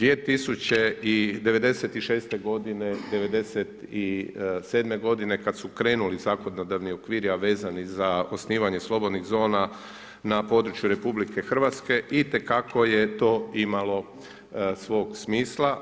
2000 i '96. godine, '97. godine kada su krenuli zakonodavni okviri a vezani za osnivanje slobodnih zona na području RH itekako je to imalo svog smisla.